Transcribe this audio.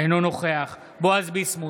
אינו נוכח בועז ביסמוט,